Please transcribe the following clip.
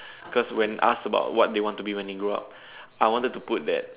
cause when asked about what they want to be when they grow up I wanted to put that